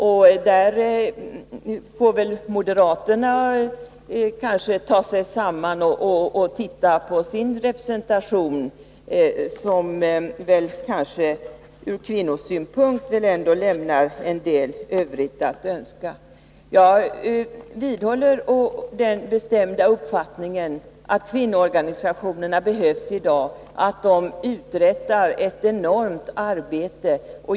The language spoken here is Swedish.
Där får kanske moderaterna ta sig samman och titta på sin representation, som ur kvinnosynpunkt väl ändå lämnar en del övrigt att önska. Jag vidhåller den bestämda uppfattningen att kvinnoorganisationerna behövs i dag och att de uträttar ett enormt arbete.